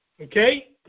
okay